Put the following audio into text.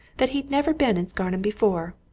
that he'd never been in scarnham before.